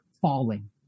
falling